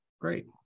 Great